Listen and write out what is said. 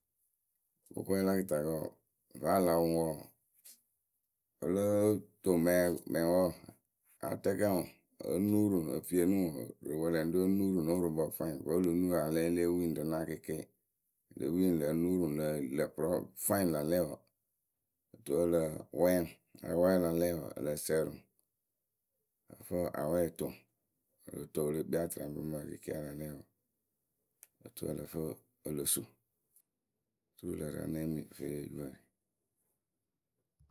Kʊkɔɛ la kɨtakǝ wǝǝ vǝ́ a la wʊʊ ŋwǝ wǝǝ, ǝ lǝǝ toŋ mɛɛ mɛɛwǝ a tɛkɛ ŋwǝ o nuuru e fieni ŋwǝ rɨ wɛlɛŋrǝ we o nuuru no wɨrookpǝ fwanyɩ wǝ́ o lo nuuru a la lɛ e lée wii ŋwɨ rɨ naawǝ kɩɩkɩ. Le wi ŋwǝ lo nuuru lǝ lǝ fwanyɩ la lɛ wǝǝ oturu a la wɛɛ ŋwɨ a la wɛɛ a la lɛ wǝǝ ǝ lǝ sǝǝrǝ ŋwɨ. Ǝ fɨ a wɛɛ o toŋ o lo toŋ e le kpii atɨraŋpǝ mɨ ǝyǝ kɩɩkɩ a la lɛ wǝǝ. Oturu ǝ lǝ fɨ o lo suu oturu wɨ lǝ rǝǝnɨ